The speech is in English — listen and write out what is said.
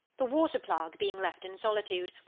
the water-plug being left in solitude,